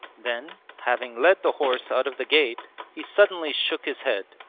then, having led the horse out of the gate, he suddenly shook his head,